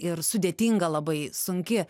ir sudėtinga labai sunki